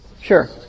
Sure